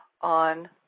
on